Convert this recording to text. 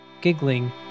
giggling